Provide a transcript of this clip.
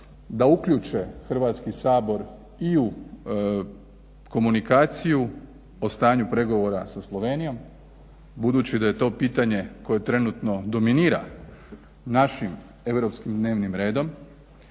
da uključe Hrvatski sabor i u komunikaciju o stanju pregovora sa Slovenijom budući da je to pitanje koje trenutno dominira našim europskim dnevnim redom